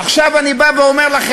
עכשיו אני אומר לכם,